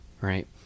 right